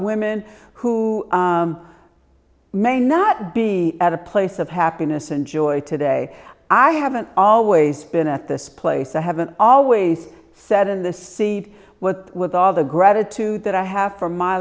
women who may not be at a place of happiness and joy today i haven't always been at this place i haven't always sat in the seat what with all the gratitude that i have for my